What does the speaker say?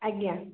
ଆଜ୍ଞା